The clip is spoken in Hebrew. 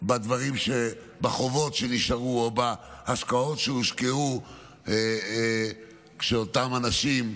בחובות שנשארו או בהשקעות שהושקעו כשאותם אנשים,